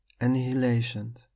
annihilation